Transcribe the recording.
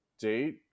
date